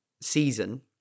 season